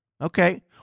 okay